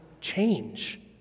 change